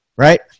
Right